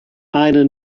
eine